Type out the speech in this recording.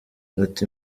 ati